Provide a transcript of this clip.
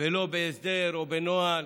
ולא בהסדר או בנוהל.